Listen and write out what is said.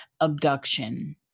abduction